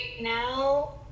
now